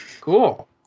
Cool